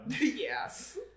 Yes